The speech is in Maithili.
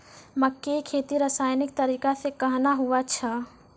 मक्के की खेती रसायनिक तरीका से कहना हुआ छ?